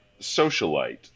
socialite